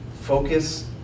focus